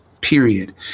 period